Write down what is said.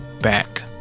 back